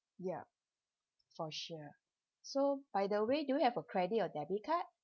ya for sure so by the way do you have a credit or debit card